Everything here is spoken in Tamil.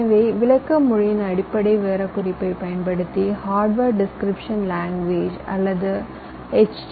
எனவே விளக்க மொழியின் அடிப்படை விவரக்குறிப்பை பயன்படுத்தி ஹார்ட்வேர் டிஸ்கிரிப்க்ஷன் லாங்குவேஜ் அல்லது எச்